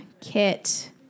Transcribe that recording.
kit